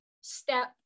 step